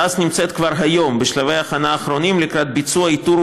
תעש נמצאת כבר היום בשלבי הכנה אחרונים לקראת ביצוע איתור